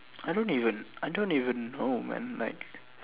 I don't even I don't even know man like